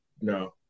no